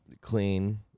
Clean